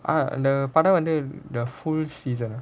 ah the படம் வந்து:padam vanthu the full season eh